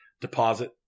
deposit